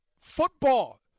football